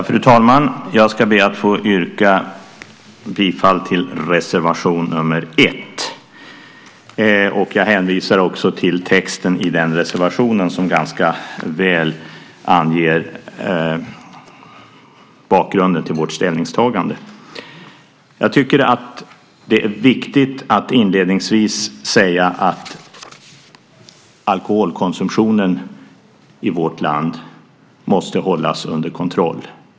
Fru talman! Jag yrkar bifall till reservation nr 1 och hänvisar till texten i den reservationen. Den anger ganska väl bakgrunden till vårt ställningstagande. Det är viktigt att inledningsvis säga att alkoholkonsumtionen i vårt land måste hållas under kontroll.